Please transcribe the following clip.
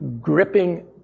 gripping